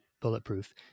bulletproof